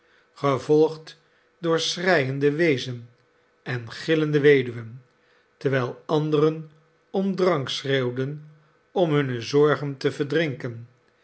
gevolgd door schreiende weezen en gillende weduwen terwijl anderen om drank schreeuwden om hunne zorgen te verdrinken